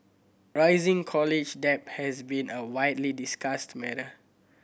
rising college debt has been a widely discussed matter